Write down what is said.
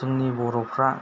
जोंनि बर'फ्रा